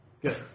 Good